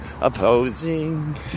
opposing